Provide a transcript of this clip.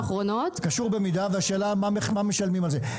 קשור במידה, והשאלה מה משלמים על זה.